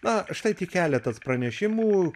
na štai tik keletas pranešimų